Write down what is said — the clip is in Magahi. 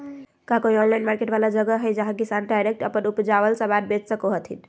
का कोई ऑनलाइन मार्केट वाला जगह हइ जहां किसान डायरेक्ट अप्पन उपजावल समान बेच सको हथीन?